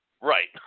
Right